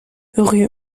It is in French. rue